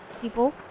people